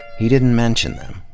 he didn't mention them,